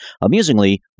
Amusingly